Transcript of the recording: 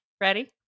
ready